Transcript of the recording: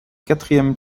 quatrième